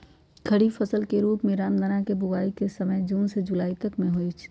खरीफ फसल के रूप में रामदनवा के बुवाई के समय जून से जुलाई तक में हई